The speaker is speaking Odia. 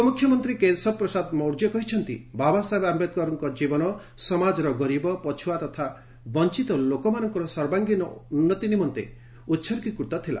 ଉପମୁଖ୍ୟମନ୍ତ୍ରୀ କେଶବ ପ୍ରସାଦ ମୌର୍ଯ୍ୟ କହିଛନ୍ତି ବାବାସାହେବ ଆମ୍ପେଦ୍କରଙ୍କ ଜୀବନ ସମାଜର ଗରିବ ପଛୁଆ ତଥା ବଞ୍ଚିତ ଲୋକମାନଙ୍କର ସର୍ବାଙ୍ଗୀନ ଉନ୍ନତି ନିମନ୍ତେ ଉହର୍ଗୀକୃତ ଥିଲା